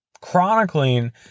chronicling